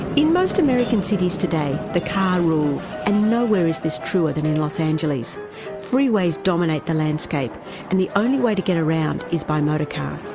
in most american cities today the car rules, and nowhere is this truer than in los angeles freeways dominate the landscape and the only way to get around is by motor car.